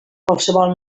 qualsevol